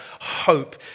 hope